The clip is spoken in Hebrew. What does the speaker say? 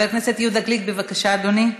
חבר הכנסת יהודה גליק, בבקשה, אדוני.